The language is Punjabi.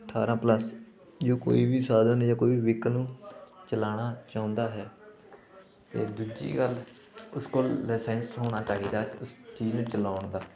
ਅਠਾਰਾਂ ਪਲਸ ਜੇ ਉਹ ਕੋਈ ਵੀ ਸਾਧਨ ਜਾਂ ਕੋਈ ਵੀਹਕਲ ਚਲਾਉਣਾ ਚਾਹੁੰਦਾ ਹੈ ਅਤੇ ਦੂਜੀ ਗੱਲ ਉਸ ਕੋਲ ਲਸੈਂਸ ਹੋਣਾ ਚਾਹੀਦਾ ਉਸ ਚੀਜ਼ ਨੂੰ ਚਲਾਉਣ ਦਾ